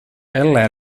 ellē